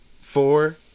four